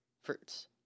Fruits